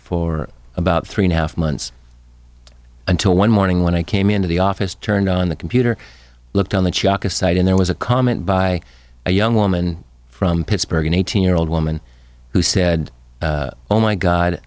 for about three and a half months until one morning when i came into the office turned on the computer looked on the chaka site and there was a comment by a young woman from pittsburgh an eighteen year old woman who said oh my god